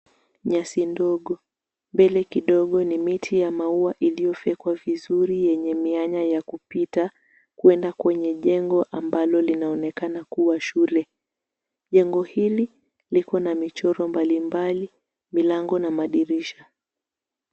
Nyasi ndogo. Mbele kidogo ni miti ya maua iliyofyekwa vizuri yenye mianya ya kupita kwenda kwenye jengo ambalo linaonekana kuwa shule. Jengo hili liko na michoro mbalimbali, milango na madirisha.